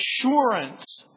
assurance